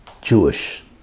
Jewish